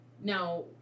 Now